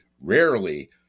rarely